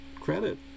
credit